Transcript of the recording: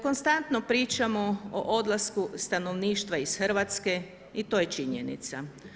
Konstantno pričamo o odlasku stanovništva iz Hrvatske i to je činjenica.